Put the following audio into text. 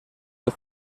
del